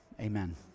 Amen